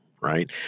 Right